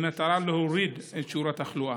במטרה להוריד את שיעור התחלואה,